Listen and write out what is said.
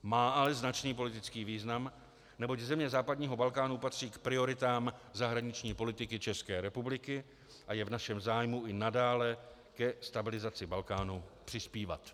Má ale značný politický význam, neboť země západního Balkánu patří k prioritám zahraniční politiky ČR a je v našem zájmu i nadále ke stabilizaci Balkánu přispívat.